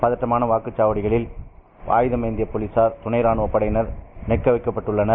பதற்றமான வாக்குச்வாவடிகளில் ஆயுதம் ஏந்திய போலிசார் துணை ராணுவப்படையினர் நிற்க வைக்கப்பட்டுள்ளனர்